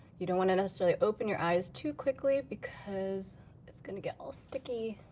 you don't want to necessarily open your eyes too quickly, because it's gonna get all sticky.